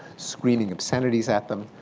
screaming obscenities at them,